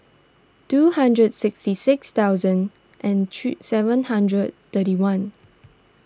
two hundred sixty six thousand and three seven hundred thirty one